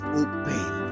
open